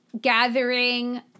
gathering